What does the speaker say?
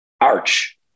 arch